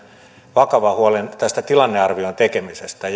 vakavan huolen tästä tilannearvion tekemisestä